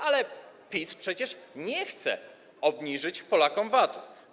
Ale PiS przecież nie chce obniżyć Polakom VAT-u.